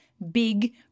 big